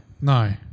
No